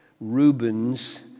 Rubens